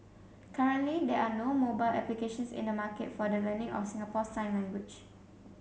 currently there are no mobile applications in the market for the learning of Singapore sign language